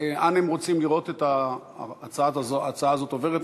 ולשאול לאן הם רוצים לראות את ההצעה הזאת עוברת.